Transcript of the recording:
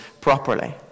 properly